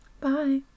Bye